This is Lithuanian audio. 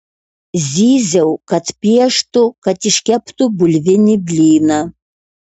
zyziau kad pieštų kad iškeptų bulvinį blyną